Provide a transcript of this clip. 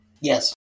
Yes